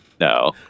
No